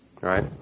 Right